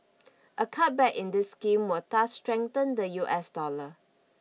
a cutback in this scheme will thus strengthen the U S dollar